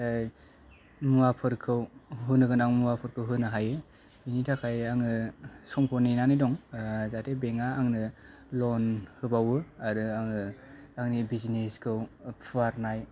मुवाफोरखौ होनो गोनां मुवाफोरखौ होनो हायो बिनि थाखाय आङो समखौ नेनानै दं जाहाथे बेंका आंनो लन होबावो आरो आङो आंनि बिजिनेसखौ फुवारनाय